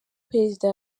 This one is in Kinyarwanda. prezida